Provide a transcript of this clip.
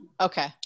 Okay